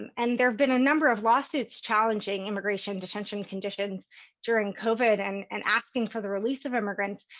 and and there have been a number of lawsuits challenging immigration detention conditions during covid and and asking for the release of immigrants.